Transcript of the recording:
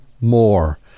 more